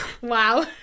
Wow